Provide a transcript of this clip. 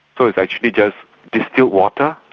so it's actually just distilled water.